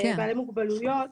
בעלי מוגבלויות וכאלה.